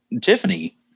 Tiffany